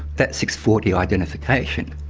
that six. forty identification,